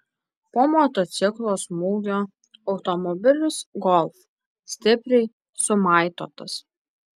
po motociklo smūgio automobilis golf stipriai sumaitotas